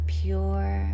pure